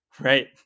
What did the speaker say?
Right